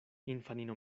infanino